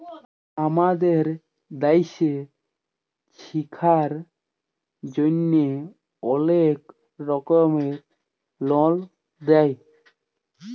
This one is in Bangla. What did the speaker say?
আমাদের দ্যাশে ছিক্ষার জ্যনহে অলেক রকমের লল দেয়